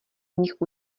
nich